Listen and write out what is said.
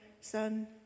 son